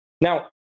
Now